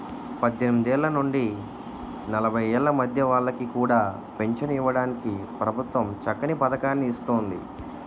పద్దెనిమిదేళ్ల నుండి నలభై ఏళ్ల మధ్య వాళ్ళకి కూడా పెంచను ఇవ్వడానికి ప్రభుత్వం చక్కని పదకాన్ని ఇస్తోంది